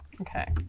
Okay